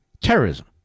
Terrorism